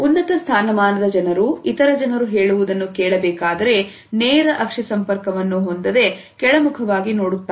ಉನ್ನತ ಸ್ಥಾನಮಾನದ ಜನರು ಇತರ ಜನರು ಹೇಳುವುದನ್ನು ಕೇಳಬೇಕಾದರೆ ನೇರ ಸಂಪರ್ಕವನ್ನು ಹೊಂದಿದೆ ಕೆಳಮುಖವಾಗಿ ನೋಡುತ್ತಾರೆ